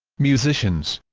musicians